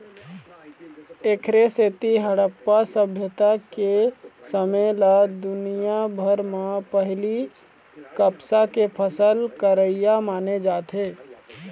एखरे सेती हड़प्पा सभ्यता के समे ल दुनिया भर म पहिली कपसा के फसल करइया माने जाथे